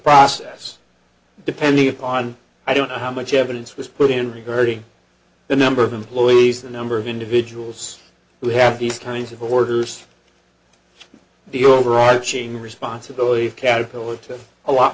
process depending upon i don't know how much evidence was put in regarding the number of employees the number of individuals who have these kinds of orders the overarching responsibility of caterpillar to a lot